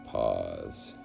pause